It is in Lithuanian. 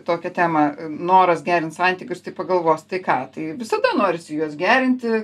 tokią temą noras gerint santykius tai pagalvos tai ką tai visada norisi juos gerinti